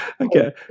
okay